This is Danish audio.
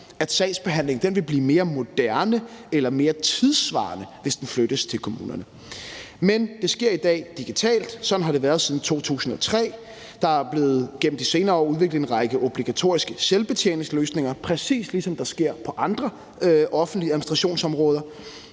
at sagsbehandlingen vil blive mere moderne eller mere tidssvarende, hvis den flyttes til kommunerne. Kl. 12:41 Men det sker i dag digitalt, sådan har det været siden 2003. Der er gennem de senere år blevet udviklet en række obligatoriske selvbetjeningsløsninger, præcis ligesom det sker på andre offentlige administrationssområder.